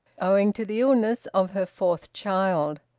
owing to the illness of her fourth child.